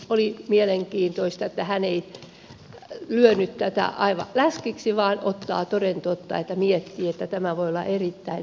oli mielenkiintoista että hän ei lyönyt tätä aivan läskiksi vaan ottaa toden totta ja miettii että tämä voi olla erittäin